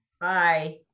Bye